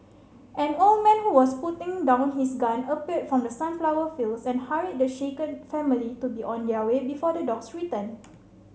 an old man who was putting down his gun appeared from the sunflower fields and hurried the shaken family to be on their way before the dogs return